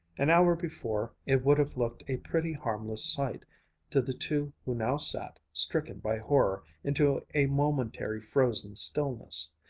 an hour before, it would have looked a pretty, harmless sight to the two who now sat, stricken by horror into a momentary frozen stillness.